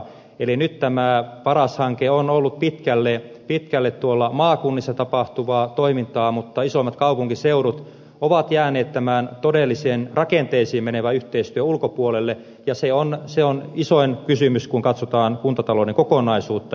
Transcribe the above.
eli nyt tämä paras hanke on ollut pitkälle maakunnissa tapahtuvaa toimintaa mutta isommat kaupunkiseudut ovat jääneet tämän todellisen rakenteisiin menevän yhteistyön ulkopuolelle ja se on isoin kysymys kun katsotaan kuntatalouden kokonaisuutta